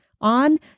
on